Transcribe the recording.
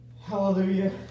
Hallelujah